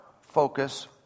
focus